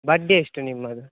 ಬಡ್ಡಿ ಎಷ್ಟು ನಿಮ್ಮದು